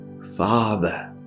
Father